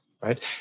right